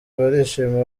barishima